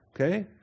okay